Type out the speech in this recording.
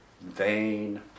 vain